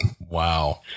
Wow